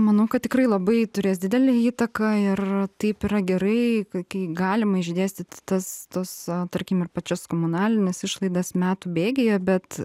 manau kad tikrai labai turės didelę įtaką ir taip yra gerai kai galima išdėstyti tas tos tarkim ir pačias komunalines išlaidas metų bėgyje bet